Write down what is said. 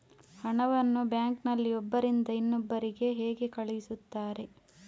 ಹಣವನ್ನು ಬ್ಯಾಂಕ್ ನಲ್ಲಿ ಒಬ್ಬರಿಂದ ಇನ್ನೊಬ್ಬರಿಗೆ ಹೇಗೆ ಕಳುಹಿಸುತ್ತಾರೆ?